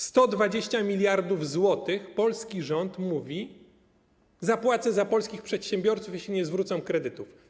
120 mld zł - mówi polski rząd - zapłacę za polskich przedsiębiorców, jeśli nie zwrócą kredytów.